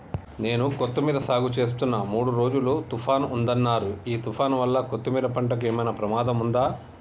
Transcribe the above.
నేను కొత్తిమీర సాగుచేస్తున్న మూడు రోజులు తుఫాన్ ఉందన్నరు ఈ తుఫాన్ వల్ల కొత్తిమీర పంటకు ఏమైనా ప్రమాదం ఉందా?